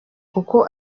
kuko